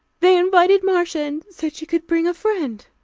they invited marcia, and said she could bring a friend.